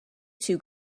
two